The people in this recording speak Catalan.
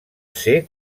ser